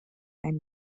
ein